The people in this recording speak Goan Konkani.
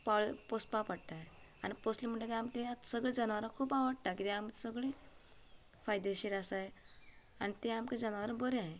पाळ पोंसपा पडटाय आनी पोंसलीं म्हणटगेर आमी तीं आतां सगळीं जनावरां खूब आवडटा कित्याक आमकां सगळीं फायदेशीर आसाय आनी ते आमकां जनावरां बरी आहाय